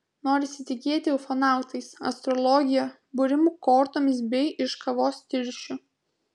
norisi tikėti ufonautais astrologija būrimu kortomis bei iš kavos tirščių